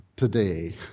today